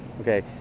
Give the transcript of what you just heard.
Okay